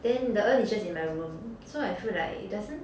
then the urn is just in my room so I feel like it doesn't